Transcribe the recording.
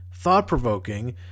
thought-provoking